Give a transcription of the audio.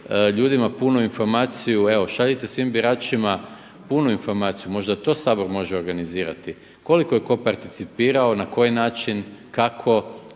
ljudima punu informaciju, evo šaljite svim biračima punu informaciju, možda to Sabor može organizirati koliko je tko participirao, na koji način, kako,